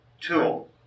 tool